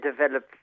develop